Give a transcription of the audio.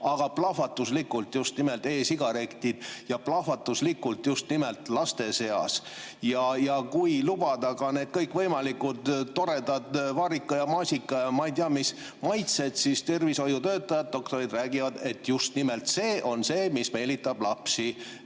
aga plahvatuslikult on kasvanud just nimelt e-sigarettide tarvitamine ja plahvatuslikult just nimelt laste seas. Ja kui lubada ka need kõikvõimalikud toredad vaarika- ja maasika- ja ma ei tea mis maitsed, siis tervishoiutöötajad, doktorid räägivad, et just nimelt see meelitab lapsi